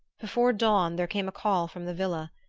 before dawn there came a call from the villa.